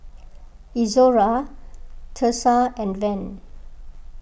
Izora Thursa and Van